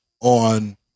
on